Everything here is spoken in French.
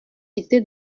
été